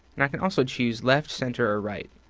and i can also choose left, center, or right.